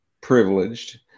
privileged